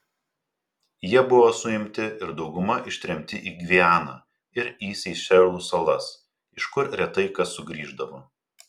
jie buvo suimti ir dauguma ištremti į gvianą ir į seišelių salas iš kur retai kas sugrįždavo